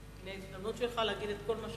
מולה, זו ההזדמנות שלך להגיד את כל מה